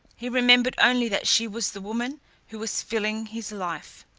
he remembered only that she was the woman who was filling his life,